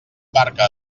barca